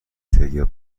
تریا